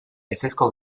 ezezko